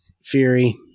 Fury